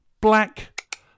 black